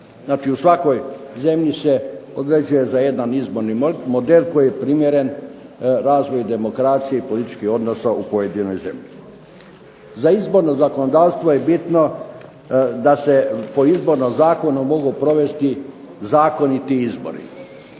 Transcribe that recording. Znači u svakoj zemlji se određuje za jedan izborni model koji je primjeren razvoju demokracije i političkih odnosa u pojedinoj zemlji. Za izborno zakonodavstvo je bitno da se po Izbornom zakonu mogu provesti zakoniti izbori